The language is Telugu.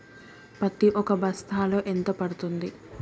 పత్తి ఒక బస్తాలో ఎంత పడ్తుంది?